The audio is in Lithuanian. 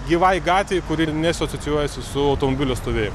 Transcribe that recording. gyvai gatvei kuri neasocijuojasi su automobilių stovėjimu